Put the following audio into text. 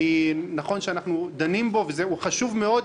נכון שאנחנו דנים בו, והוא חשוב מאוד.